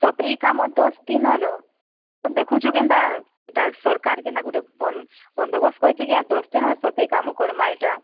ସଫେଇ କାମ ଦଶ୍ ଦିନର ତ ଦେଖୁଛୁ କେନ୍ତା ଏଟା ସରକାର୍ କେନ୍ତା ଗୁଟେ ବନ୍ ବନ୍ଦୋବସ୍ତ୍ କରିଛି କି ଆର ଦଶ୍ ଦିନର ସଫେଇ କାମ କରମା ଏଟା